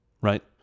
right